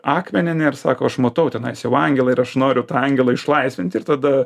akmenį na ir sako aš matau tenais jau angelą ir aš noriu tą angelą išlaisvinti ir tada